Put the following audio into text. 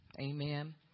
Amen